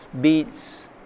beets